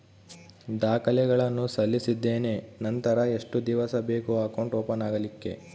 ದಾಖಲೆಗಳನ್ನು ಸಲ್ಲಿಸಿದ್ದೇನೆ ನಂತರ ಎಷ್ಟು ದಿವಸ ಬೇಕು ಅಕೌಂಟ್ ಓಪನ್ ಆಗಲಿಕ್ಕೆ?